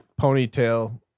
ponytail